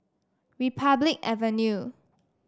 Republic Avenue